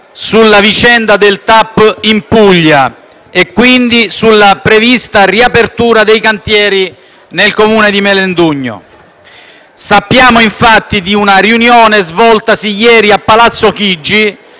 sulla vicenda del TAP in Puglia e quindi sulla prevista riapertura dei cantieri nel Comune di Melendugno. Sappiamo infatti di una riunione svoltasi ieri a Palazzo Chigi,